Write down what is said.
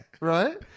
Right